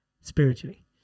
spiritually